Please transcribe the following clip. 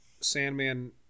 Sandman